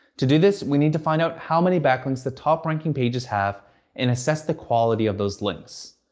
to do this, we need to find out how many backlinks the top-ranking pages have and assess the quality of those links.